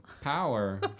power